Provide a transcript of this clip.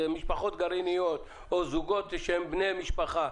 זה משפחות גרעיניות או זוגות שהם בני משפחה.